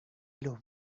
los